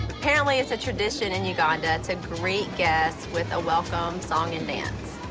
apparently it's a tradition in uganda to greet guests with a welcome song and dance.